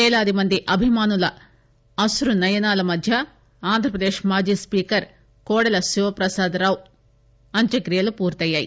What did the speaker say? పేలాదిమంది అభిమానుల అశ్రునయనాల మధ్య ఆంధ్రప్రదేశ్ మాజీ స్పీకర్ కోడెల శివప్రసాద్ రావు అంత్యక్రియలు పూర్తయ్యాయి